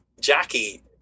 Jackie